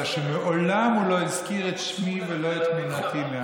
אלא שמעולם הוא לא הזכיר את שמי ולא את תמונתי.